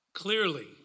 Clearly